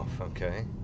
okay